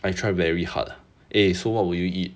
I try very hard ah eh so what would you eat